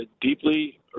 deeply